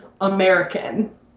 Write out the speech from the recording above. American